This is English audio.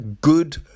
good